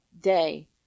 day